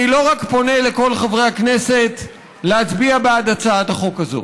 אני לא רק פונה לכל חברי הכנסת להצביע בעד הצעת החוק הזאת,